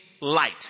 light